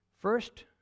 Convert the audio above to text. First